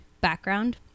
background